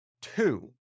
Two